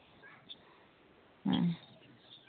ᱦᱮᱸ